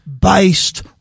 based